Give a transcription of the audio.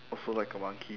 also like a monkey